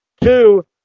two